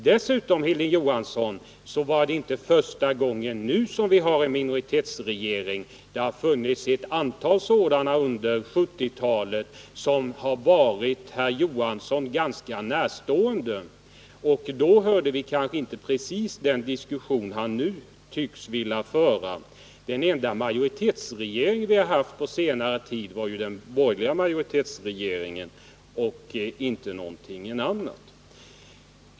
Dessutom, Hilding Johansson, är inte detta första gången vi har en minoritetsregering. Det har funnits ett antal sådana under 1970-talet, vilka har stått Hilding Johansson ganska nära. Då hörde vi kanske inte precis den diskussion som han nu tycks vilja föra. Den enda majoritetsregering som vi har haft på senare tid var den borgerliga majoritetsregeringen.